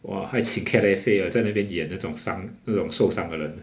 !wah! 还请 calefare 在那边演那种伤那种受伤的人